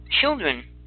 children